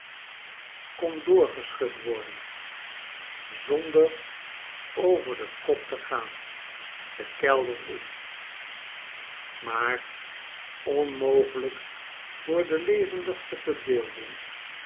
kon doorgeschud worden zonder over den kop te gaan den kelder in maar onmogelijk voor delevendigste verbeelding